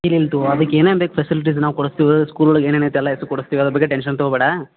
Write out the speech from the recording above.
ಇಲ್ಲ ಇಲ್ಲ ತೊಗೋ ಅದಕ್ಕೆ ಏನೇನು ಬೇಕು ಫೆಸಿಲಿಟೀಸ್ ನಾವು ಕೊಡಿಸ್ತೀವಿ ಸ್ಕೂಲ್ ಒಳಗೆ ಏನೇನು ಐತೆ ಎಲ್ಲ ಹೆಸ್ರು ಕೊಡಿಸ್ತೀವಿ ಅದ್ರ ಬಗ್ಗೆ ಟೆನ್ಶನ್ ತೊಗೊಬೇಡ